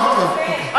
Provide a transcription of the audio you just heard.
טוב, טוב, אוקיי.